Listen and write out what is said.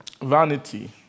Vanity